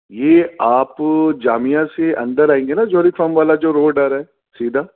یہ آپ جامعہ سے اندر آئیں گے نا جوہری فام والا جو روڈ آ رہا ہے سیدھا